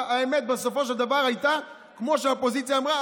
שהאמת בסופו של דבר הייתה כמו שהאופוזיציה אמרה,